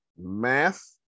math